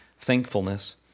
thankfulness